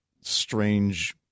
strange